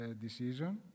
decision